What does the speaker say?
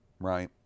right